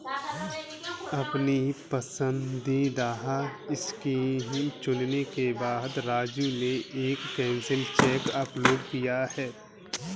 अपनी पसंदीदा स्कीम चुनने के बाद राजू ने एक कैंसिल चेक अपलोड किया